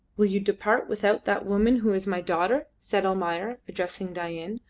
will you depart without that woman who is my daughter? said almayer, addressing dain,